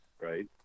right